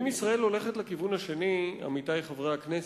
ואם ישראל הולכת לכיוון השני, עמיתי חברי הכנסת,